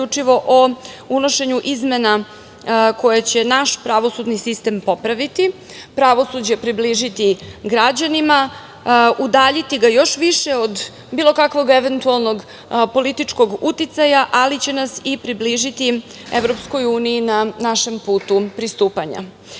o unošenju izmena koje će naš pravosudni sistem popraviti, pravosuđe približiti građanima, udaljiti ga još više od bilo kakvog eventualnog političkog uticaja, ali će nas i približiti EU na našem putu pristupanja. Druga